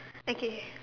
okay